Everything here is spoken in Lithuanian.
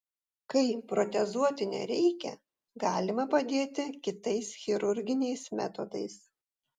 kai protezuoti nereikia galima padėti kitais chirurginiais metodais